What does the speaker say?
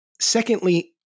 Secondly